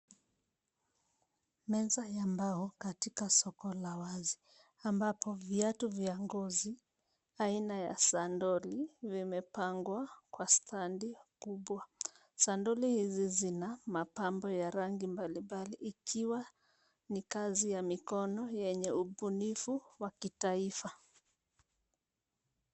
Meza ya mbao katika soko la wazi ambapo viatu vya ngozi aina ya sandoli vimepangwa kwa standi kubwa. Sandoli hizi zina mapambo ya rangi mbali mbali ikiwa ni kazi ya mikono yenye ubunifu wa kitaifa.